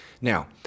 Now